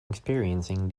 experiencing